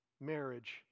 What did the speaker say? marriage